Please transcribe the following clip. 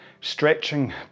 stretching